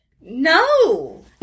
No